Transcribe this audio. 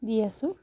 দি আছোঁ